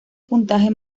puntaje